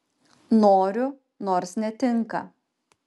noriu nors netinka